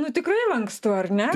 nu tikrai lankstu ar ne